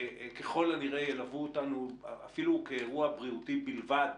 שככל הנראה ילוו אותנו אפילו כאירוע בריאותי בלבד